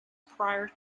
prior